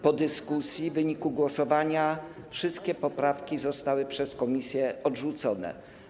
Po dyskusji, w wyniku głosowania, wszystkie poprawki zostały przez komisję odrzucone.